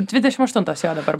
dvidešim aštuntas jo dabar